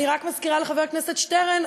אני רק מזכירה לחבר הכנסת שטרן,